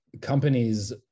companies